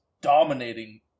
dominating